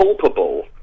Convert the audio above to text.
culpable